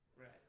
Right